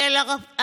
כי על הפרק